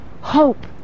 Hope